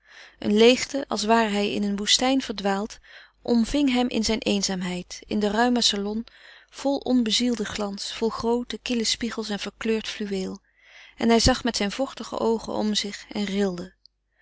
een leêgte als ware hij in een woestijn verdwaald omving hem in zijn eenzaamheid in den ruimen salon vol onbezielden glans vol groote kille spiegels en verkleurd fluweel en hij zag met zijne vochtige oogen om zich en rilde